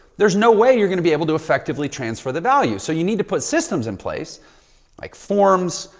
there's no way you're going to be able to effectively transfer the value, so you need to put systems in place like forms,